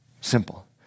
Simple